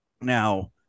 Now